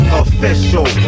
official